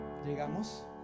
Llegamos